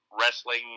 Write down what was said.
wrestling